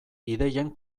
ideien